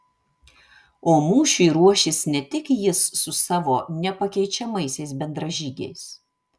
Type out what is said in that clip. o mūšiui ruošis ne tik jis su savo nepakeičiamaisiais bendražygiais